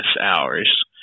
hours